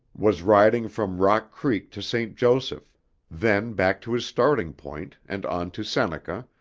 was riding from rock creek to st. joseph then back to his starting point and on to seneca,